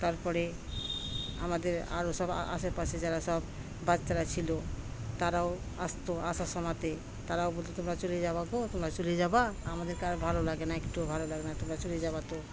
তারপরে আমাদের আরও সব আশেপাশে যারা সব বাচ্চারা ছিলো তারাও আসতো আসার সময়তে তারাও বলতো তোমরা চলে যাবা গো তোমরা চলে যাবা আমাদেরকে আর ভালো লাগে না একটুও ভালো লাগে না তোমরা চলে যাবা তো